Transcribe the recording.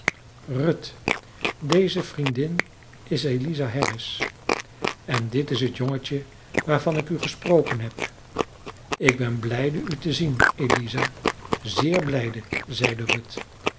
ruth deze vriendin is eliza harris en dit is het jongetje waarvan ik u gesproken heb ik ben blijde u te zien eliza zeer blijde zeide ruth